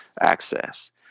access